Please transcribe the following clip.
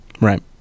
Right